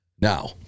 Now